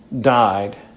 died